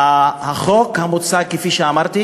החוק המוצע, כפי שאמרתי,